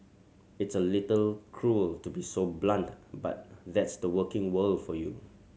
it's a little cruel to be so blunt but that's the working world for you